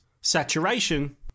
saturation